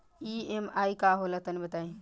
EMI का होला तनि बताई?